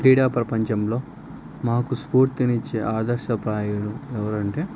క్రీడా ప్రపంచంలో మాకు స్ఫూర్తిని ఇచ్చే ఆదర్శప్రాయాలు ఎవరు అంటే